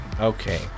Okay